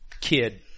kid